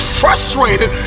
frustrated